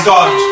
God